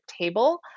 table